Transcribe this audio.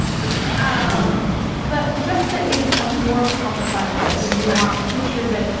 and good to know ah um but just that it's a more complex. yes. and nuanced picture, that,